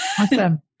Awesome